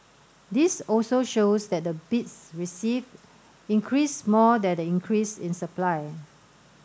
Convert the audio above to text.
this also shows that the bids received increased more than the increase in supply